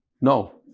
No